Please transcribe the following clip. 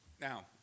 Now